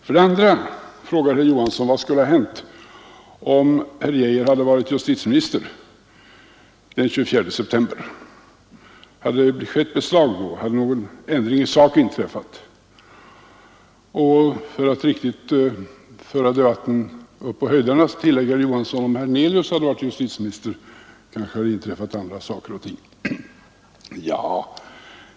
För det andra frågade herr Johansson: Vad skulle ha hänt om herr Geijer hade fungerat som justitieminister den 24 september? Hade det skett något beslag då? Hade någon ändring i sak inträffat? Och för att riktigt föra debatten upp på höjderna tillägger herr Johansson: Om herr Hernelius hade varit justitieminister kanske andra saker hade inträffat.